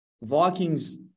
Vikings